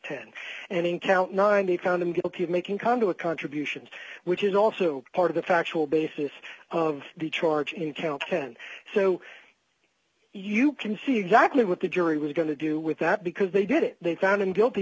ten and in count nine they found him guilty of making come to a contributions which is also part of the factual basis of the charge in count ten so you can see exactly what the jury was going to do with that because they did it they found him guilty